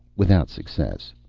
without success.